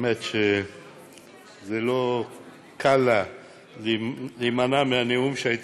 האמת היא שלא קל להימנע מהנאום שהייתי